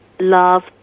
love